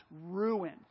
ruin